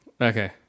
Okay